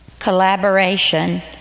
Collaboration